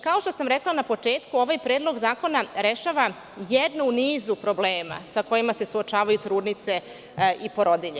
Kao što sam rekla na početku ovaj predlog zakona rešava jednu u nizu problema sa kojima se suočavaju trudnice i porodilje.